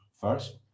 first